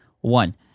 One